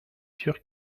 sûr